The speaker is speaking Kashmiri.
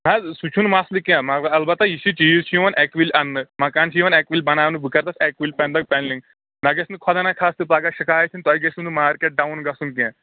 نہ حظ سُہ چھُ نہٕ مسلہٕ کیٚنٛہہ مطلب البتہ یہِ چھ چیٖز چھُ یِوان اکہِ وِلہِ انٕنہٕ مکان چھُ یِوان اکہِ وِل بناونہٕ بہٕ کرتَتھ اکۍ وِل تمہِ دۄہ پینلِنگ مےٚ گژھِ نہٕ خۄدا نہ خاستہٕ پگہہ شِکایت یِن تۄہہِ گژھِوٕ نہ مارکیٹ ڈاون گژھُن کیٚنٛہہ